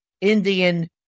Indian